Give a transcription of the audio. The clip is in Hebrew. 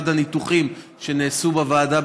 לפי אחד הניתוחים שנעשו בוועדה,